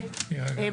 תירגע.